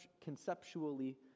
conceptually